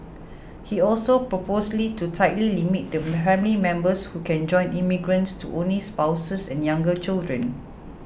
he also proposed to tightly limit the family members who can join immigrants to only spouses and younger children